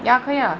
ya 可以 ah